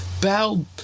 bell